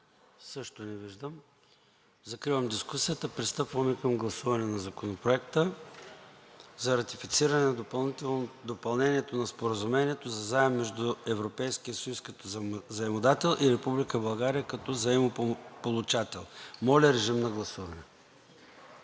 Също не виждам. Закривам дискусията. Пристъпваме към гласуване на Законопроекта за ратифициране на Допълнението на Споразумението за заем между Европейския съюз като заемодател и Република България като заемополучател. Гласували